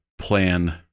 plan